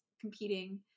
competing